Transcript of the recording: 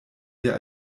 wir